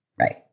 right